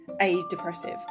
a-depressive